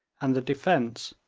and the defence,